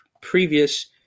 previous